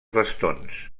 bastons